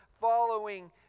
following